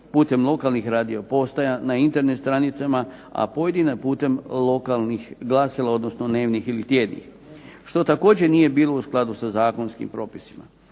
putem lokalnih radio postaja, na internet stranicama, a pojedina putem lokalnih glasila odnosno dnevnih ili tjednih, što također nije bilo u skladu sa zakonskim propisima.